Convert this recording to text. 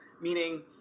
meaning